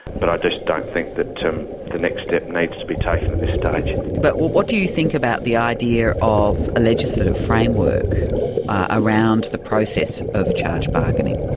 but i just don't think that the next step needs to be taken at this stage. but, well, what do you think about the idea of a legislative framework around the process of charge bargaining?